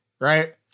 right